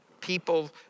people